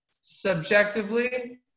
subjectively